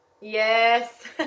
Yes